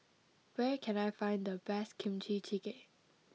where can I find the best Kimchi Jjigae